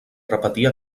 repetir